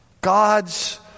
God's